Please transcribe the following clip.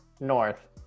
north